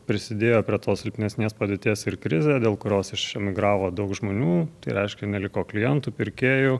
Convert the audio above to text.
prisidėjo prie tos silpnesnės padėties ir krizė dėl kurios išemigravo daug žmonių tai reiškia neliko klientų pirkėjų